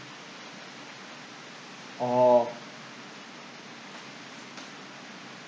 orh